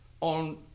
on